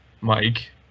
Mike